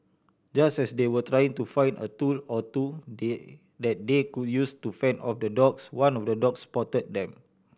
just as they were trying to find a tool or two they that they could use to fend off the dogs one of the dogs spotted them